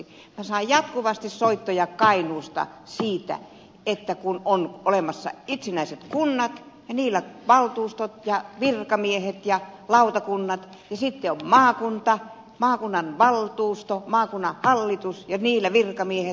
minä saan jatkuvasti soittoja kainuusta siitä että kun on olemassa itsenäiset kunnat ja niillä valtuustot ja virkamiehet ja lautakunnat niin sitten on maakunta maakunnan valtuusto maakunnan hallitus ja niillä virkamiehet